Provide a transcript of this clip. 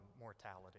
mortality